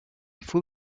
full